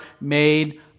made